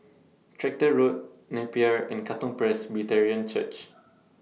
Tractor Road Napier and Katong Presbyterian Church